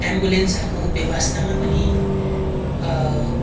एम्बुलेन्सहरूको व्यवस्थामा पनि